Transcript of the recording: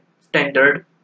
standard